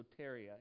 soteria